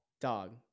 Dog